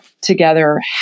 together